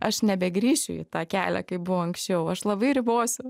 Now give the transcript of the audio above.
aš nebegrįšiu į tą kelią kaip buvo anksčiau aš labai ribosiu